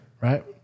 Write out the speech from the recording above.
Right